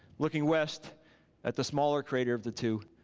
looking west at the smaller crater of the two,